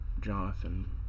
jonathan